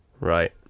right